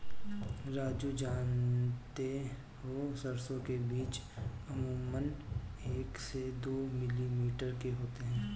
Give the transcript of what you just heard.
राजू जानते हो सरसों के बीज अमूमन एक से दो मिलीमीटर के होते हैं